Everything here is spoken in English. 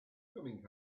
coming